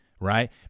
right